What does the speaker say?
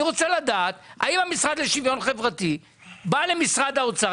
אני רוצה לדעת האם המשרד לשוויון חברתי בא למשרד האוצר,